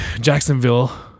Jacksonville